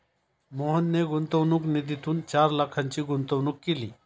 मोहनने गुंतवणूक निधीतून चार लाखांची गुंतवणूक केली